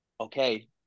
okay